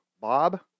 Bob